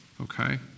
Okay